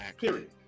period